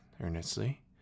earnestly